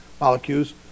molecules